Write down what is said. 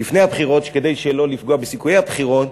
לפני הבחירות כדי שלא לפגוע בסיכויי הבחירות,